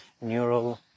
neural